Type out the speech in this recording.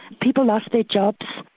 people lost their jobs,